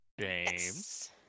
James